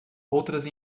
outras